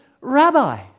Rabbi